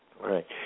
Right